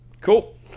Cool